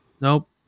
nope